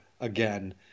again